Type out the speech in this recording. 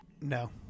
No